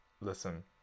Listen